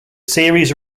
series